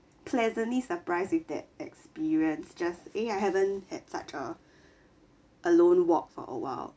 pleasantly surprised with that experience just eh I haven't had such a alone walk for a while